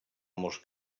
molts